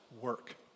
work